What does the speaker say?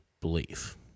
belief